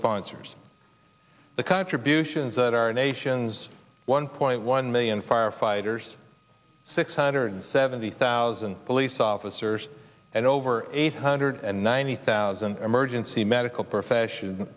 sponsors the contributions that our nation's one point one million firefighters six hundred seventy thousand police officers and over eight hundred and ninety thousand emergency medical profession